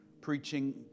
preaching